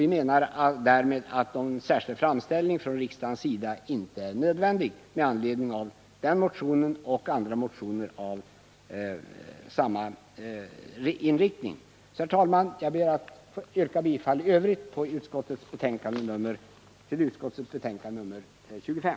Vi menar därför att någon särskild framställning från riksdagens sida inte är nödvändig med anledning av denna motion och andra motioner med samma inriktning. Herr talman! Jag ber att i övrigt få yrka bifall till utskottets hemställan i betänkandet nr 25.